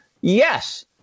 Yes